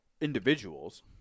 individuals